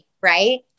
right